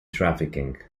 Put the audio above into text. trafficking